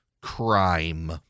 crime